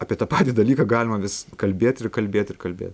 apie tą patį dalyką galima vis kalbėt ir kalbėt ir kalbėt